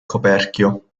coperchio